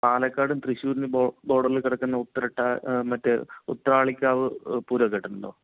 പാലക്കാടും തൃശൂരിനും ബോർഡറിൽ കിടക്കുന്ന ഉത്രാടത്തി മറ്റേ ഉത്രാളിക്കാവ് പൂരമൊക്കെ കേട്ടിട്ടുണ്ടോ